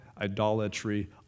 idolatry